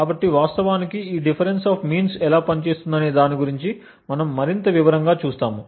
కాబట్టి వాస్తవానికి ఈ డిఫరెన్స్ ఆఫ్ మీన్స్ ఎలా పనిచేస్తుందనే దాని గురించి మనము మరింత వివరంగా చూస్తాము